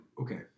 okay